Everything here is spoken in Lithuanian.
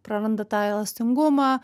praranda tą elastingumą